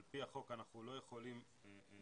על פי החוק אנחנו לא יכולים לתת